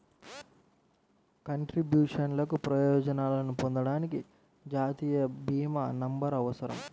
కంట్రిబ్యూషన్లకు ప్రయోజనాలను పొందడానికి, జాతీయ భీమా నంబర్అవసరం